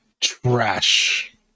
trash